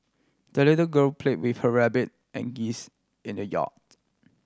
the little girl played with her rabbit and geese in the yard